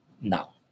now